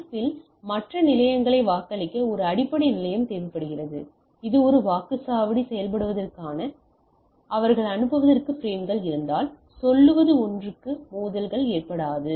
F இல் மற்ற நிலையங்களை வாக்களிக்க ஒரு அடிப்படை நிலையம் தேவைப்படுகிறது இது ஒரு வாக்குச் சாவடி செயல்படுவதைக் காண அவர்கள் அனுப்புவதற்கு பிரேம்கள் இருந்தால் சொல்வது ஒன்றுக்கு மோதல்கள் ஏற்படாது